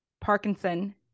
Parkinson